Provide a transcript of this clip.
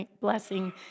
blessing